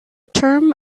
term